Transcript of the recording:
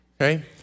Okay